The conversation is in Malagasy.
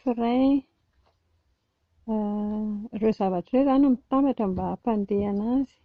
frein, ireo zavatra ireo izany no mitambatra mba hampandeha an'azy